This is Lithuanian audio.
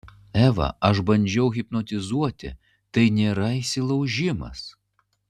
eva aš bandžiau hipnotizuoti tai nėra įsilaužimas